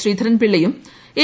ശ്രീധരൻപിള്ളയും N